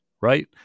right